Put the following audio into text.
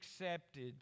accepted